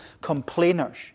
complainers